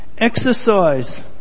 Exercise